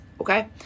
Okay